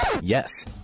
Yes